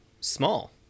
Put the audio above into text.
small